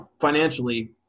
financially